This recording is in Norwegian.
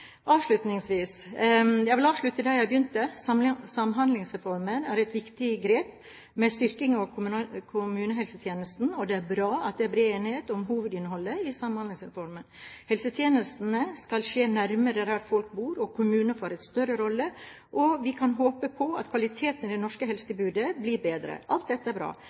Avslutningsvis: Jeg vil avslutte der jeg begynte. Samhandlingsreformen er et viktig grep med styrking av kommunehelsetjenesten, og det er bra at det er bred enighet om hovedinnholdet i Samhandlingsreformen. Helsetjenestene skal skje nærmere der folk bor, kommunene får en større rolle, og vi kan håpe på at kvaliteten i det norske helsetilbudet blir bedre. Alt dette er bra.